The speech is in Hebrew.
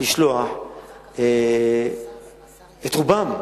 לשלוח את רובם,